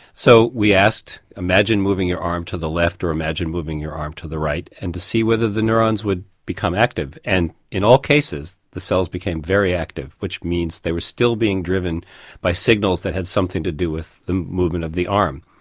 so we asked, imagine moving your arm to the left or imagine moving your arm to the right and to see whether the neurons would become active. and in all cases the cells became very active, which means they were still being driven by signals that had something to do with the movement of the arm.